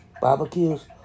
barbecues